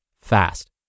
fast